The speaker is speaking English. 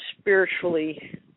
spiritually